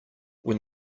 when